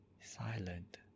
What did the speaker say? silent